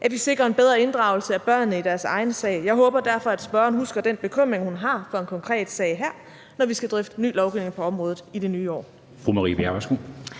at vi sikrer en bedre inddragelse af børnene i deres egen sag. Jeg håber derfor, at spørgeren husker den bekymring, hun har, for en konkret sag her, når vi skal drøfte en ny lovgivning på området i det nye år.